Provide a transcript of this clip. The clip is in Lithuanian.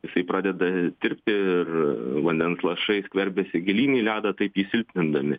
jisai pradeda tirpti ir vandens lašai skverbiasi gilyn į ledą taip jį silpnindami